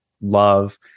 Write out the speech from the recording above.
love